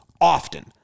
Often